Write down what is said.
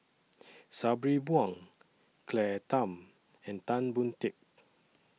Sabri Buang Claire Tham and Tan Boon Teik